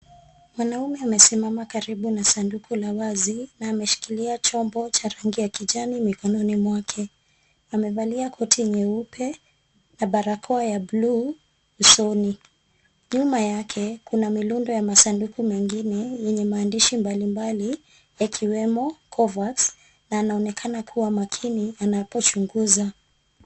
Mwanaume amesimama karibu na sanduku la vazi na ameshikilia na chombo cha rangi ya kijani mikononi mwake. Amevalia koti nyeupe na barakoa ya buluu usoni. Nyuma yake kuna mirundo ya masanduku mengine yenye maandishi mbalimbali yakiwemo Coverx na anaonekana akiwa makini anapochunguza.